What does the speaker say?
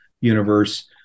universe